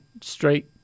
straight